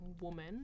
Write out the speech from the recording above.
woman